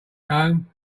home